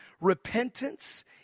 Repentance